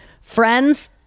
friends